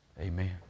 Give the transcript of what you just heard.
amen